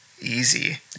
easy